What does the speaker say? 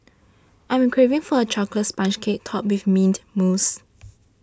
I am craving for a Chocolate Sponge Cake Topped with Mint Mousse